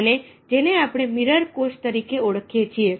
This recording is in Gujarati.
અને જેને આપણે મિરર કોષ તરીકે ઓળખીએ છીએ